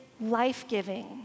life-giving